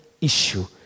issue